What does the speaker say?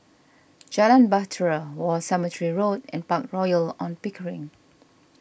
Jalan Bahtera War Cemetery Road and Park Royal on Pickering